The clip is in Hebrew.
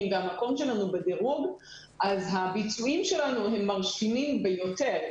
והמקום שלנו בדירוג אז הביצועים שלנו הם מרשימים ביותר,